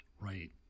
Right